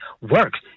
works